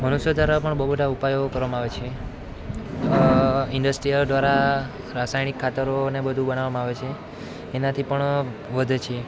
મનુષ્ય દ્વારા પણ બહુ બધાં ઉપાયો કરવામાં આવે છે ઈન્ડસ્ટ્રીયલ દ્વારા રાસાયણિક ખાતરો ને બધુ બનાવવામાં આવે છે એનાથી પણ વધે છે